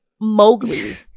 Mowgli